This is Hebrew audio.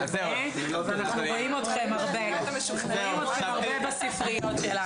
אנחנו רואים אתכם הרבה בספריות שלנו.